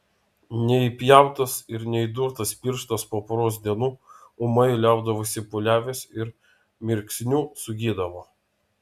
neįpjautas ir neįdurtas pirštas po poros dienų ūmai liaudavosi pūliavęs ir mirksniu sugydavo